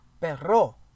Perro